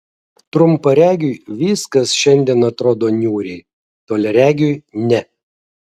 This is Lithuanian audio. trumparegiui viskas šiandien atrodo niūriai toliaregiui ne